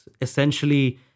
essentially